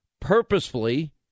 purposefully